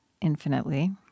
infinitely